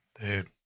Dude